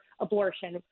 abortion